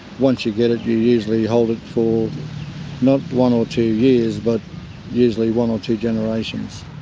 once you get it you usually hold it for not one or two years, but usually one or two generations.